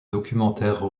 documentaire